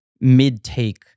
mid-take